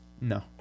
No